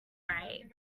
right